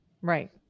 Right